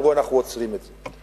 אמרו: אנחנו עוצרים את זה.